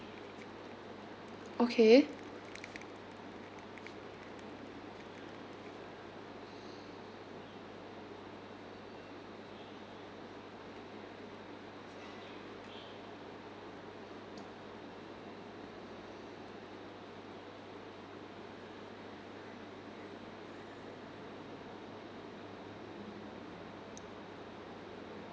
okay